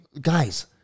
guys